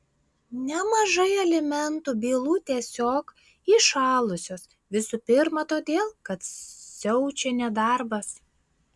nemažai alimentų bylų tiesiog įšalusios visų pirma todėl kad siaučia nedarbas